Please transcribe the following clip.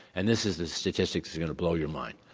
and this is the statistic that's going to blow your mind.